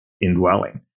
indwelling